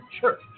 church